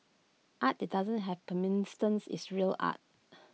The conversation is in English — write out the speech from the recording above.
art that doesn't have permanence is real art